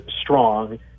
strong